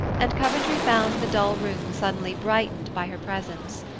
and coventry found the dull room suddenly brightened by her presence.